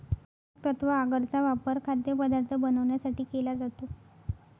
पोषकतत्व आगर चा वापर खाद्यपदार्थ बनवण्यासाठी केला जातो